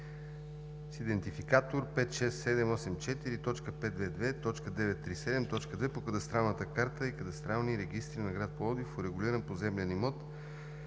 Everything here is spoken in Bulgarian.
с идентификатор 56784.522.937.2 по Кадастралната карта и Кадастралния регистър на гр. Пловдив, урегулиран поземлен имот